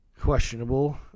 questionable